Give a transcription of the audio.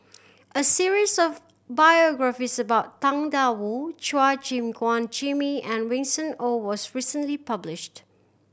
a series of biographies about Tang Da Wu Chua Gim Guan Jimmy and Winston Oh was recently published